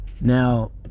Now